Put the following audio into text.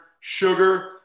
sugar